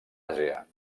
àsia